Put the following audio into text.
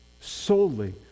solely